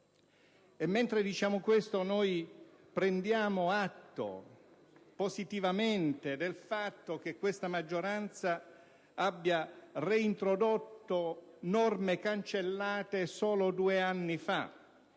Mentre diciamo questo, prendiamo atto positivamente del fatto che l'attuale maggioranza ha reintrodotto norme cancellate solo due anni fa,